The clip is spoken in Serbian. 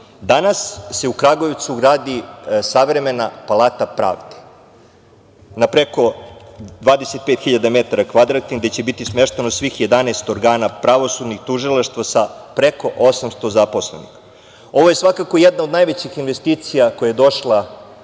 se u Kragujevcu gradi savremena palata pravde, na preko 25 hiljada metara kvadratnih, gde će biti smešteno svih 11 organa pravosudnih, tužilaštava, sa preko 800 zaposlenih. Ovo je svakako jedna od najvećih investicija koja je došla,